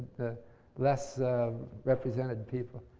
the less represented people.